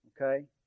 okay